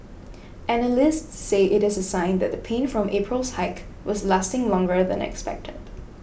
analysts say it is a sign that the pain from April's hike was lasting longer than expected